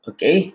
Okay